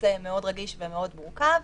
נושא מאוד רגיש ומאוד מורכב.